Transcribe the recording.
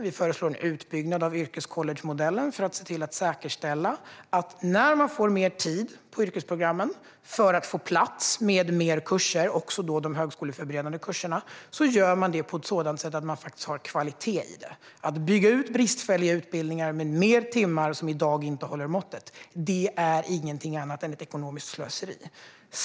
Vi föreslår också en utbyggnad av yrkescollegemodellen för att säkerställa kvaliteten när man får mer tid på yrkesprogrammen för att få plats med fler kurser. Att bygga ut bristfälliga utbildningar som i dag inte håller måttet med fler timmar är ingenting annat än ett ekonomiskt slöseri.